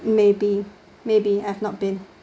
maybe maybe I've not been